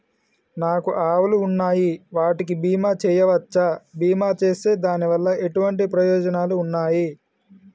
నాకు ఆవులు ఉన్నాయి వాటికి బీమా చెయ్యవచ్చా? బీమా చేస్తే దాని వల్ల ఎటువంటి ప్రయోజనాలు ఉన్నాయి?